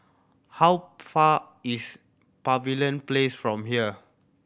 how far is Pavilion Place from here